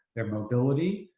their mobility,